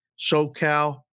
SoCal